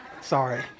Sorry